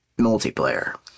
multiplayer